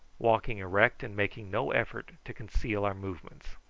walking erect and making no effort to conceal our movements.